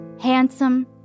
handsome